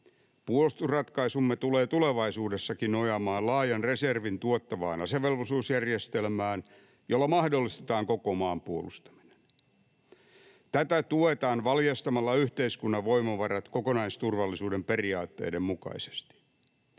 Puolustusratkaisumme tulee tulevaisuudessakin nojaamaan laajan reservin tuottavaan asevelvollisuusjärjestelmään, jolla mahdollistetaan koko maan puolustaminen. Tätä tuetaan valjastamalla yhteiskunnan voimavarat kokonaisturvallisuuden periaatteiden mukaisesti.